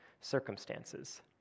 circumstances